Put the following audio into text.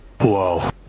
whoa